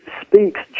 speaks